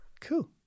cool